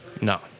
No